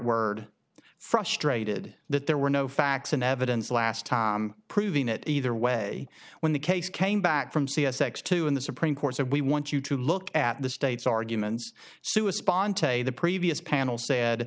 word frustrated that there were no facts in evidence last time proving it either way when the case came back from c s x two in the supreme court said we want you to look at the state's arguments sue a sponsor the previous panel said